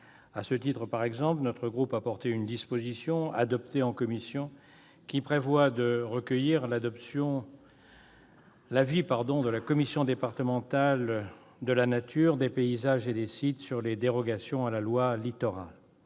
À ce titre, notre groupe a porté une disposition, adoptée en commission, qui prévoit de recueillir l'avis de la commission départementale de la nature, des paysages et des sites sur les dérogations à la loi Littoral.